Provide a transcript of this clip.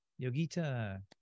Yogita